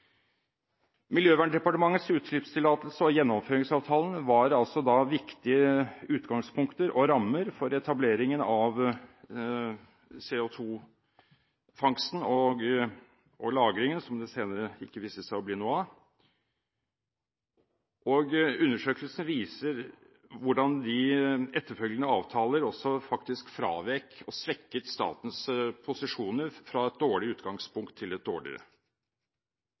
Miljøverndepartementets utslippstillatelse og Gjennomføringsavtalen var viktige utgangspunkter og rammer for etableringen av CO2-fangsten og -lagringen – som det senere viste seg ikke å bli noe av. Undersøkelsene viser hvordan de etterfølgende avtaler fravek og dermed svekket statens posisjoner, fra et dårlig utgangspunkt til et dårligere.